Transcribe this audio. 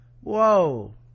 whoa